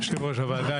יושב-ראש הוועדה,